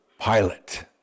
Pilate